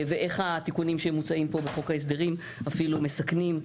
ואיך התיקונים שמוצעים פה בחוק ההסדרים אפילו מסכנים,